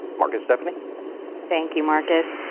marcus seventy. thank you marcus.